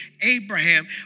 Abraham